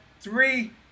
three